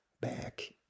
back